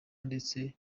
ndetse